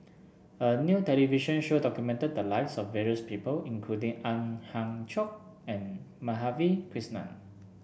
a new television show documented the lives of various people including Ang Hiong Chiok and Madhavi Krishnan